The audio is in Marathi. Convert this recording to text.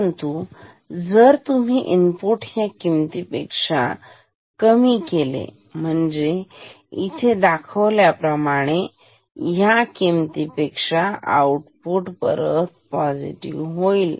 परंतु जर तुम्ही इनपुट ह्या किमतीपेक्षा कमी केले म्हणजे इथे दाखवल्याप्रमाणे ह्या किमतीपेक्षा इथे आउटपुट परत पोसिटीव्ह होईल